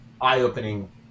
eye-opening